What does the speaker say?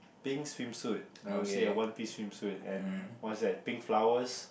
pink swimsuit I would say a one piece swimsuit and what's that pink flowers